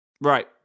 Right